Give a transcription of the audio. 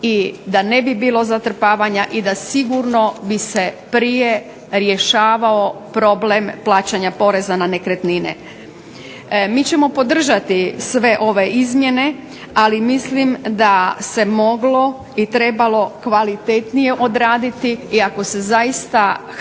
i da ne bi bilo zatrpavanja i da sigurno bi se prije rješavao problem plaćanja poreza na nekretnine. Mi ćemo podržati sve ove izmjene, ali mislim da se moglo i trebalo kvalitetnije odraditi i ako se zaista htjelo